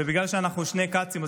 ובגלל שאנחנו שני "כצים",